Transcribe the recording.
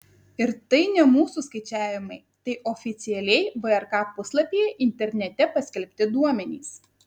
ir tai ne mūsų skaičiavimai tai oficialiai vrk puslapyje internete paskelbti duomenys